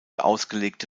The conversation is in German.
ausgelegte